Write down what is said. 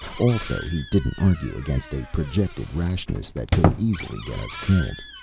also, he didn't argue against a projected rashness that could easily get us killed.